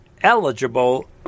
eligible